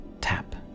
Tap